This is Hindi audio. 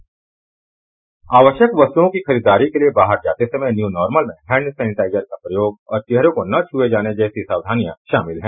बाईट आवश्यक वस्तुओं की खरीदारी के लिए बाहर जाते समय जो न्यू नार्मल हैंडसेनेटाइजर का प्रयोग और चेहरों को न छूए जाने जैसी सावधानियां शामिल हैं